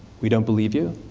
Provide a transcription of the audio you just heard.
we don't believe you.